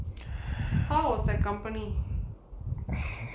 how was that company